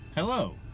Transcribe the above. Hello